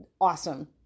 awesome